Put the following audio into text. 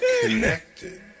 connected